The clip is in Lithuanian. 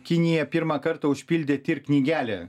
kinija pirmą kartą užpildė tir knygelę